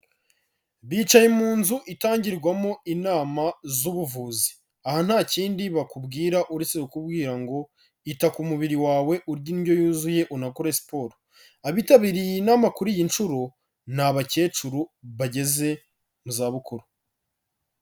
Bicaye mu nzu itangirwamo inama z'ubuvuzi, aha nta kindi bakubwira uretse kukubwira ngo ita ku mubiri wawe urya indyo yuzuye unakore siporo. Abitabiriye iyi inama kuri iyi nshuro ni bakecuru bageze mu zabukuru.